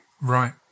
Right